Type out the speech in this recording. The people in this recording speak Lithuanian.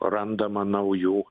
randama naujų